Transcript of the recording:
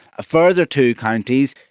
a further two counties,